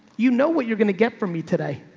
you know what you're going to get from me today.